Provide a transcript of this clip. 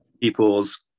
people's